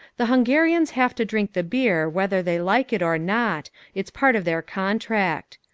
the hungarians have to drink the beer whether they like it or not it's part of their contract.